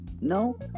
No